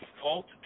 fault